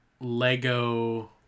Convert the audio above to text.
Lego